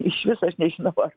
iš viso aš nežinau ar